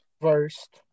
first